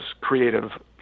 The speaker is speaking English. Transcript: creative